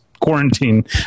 quarantine